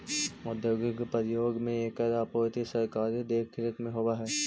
औद्योगिक प्रयोग में एकर आपूर्ति सरकारी देखरेख में होवऽ हइ